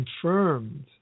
confirmed